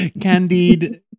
candied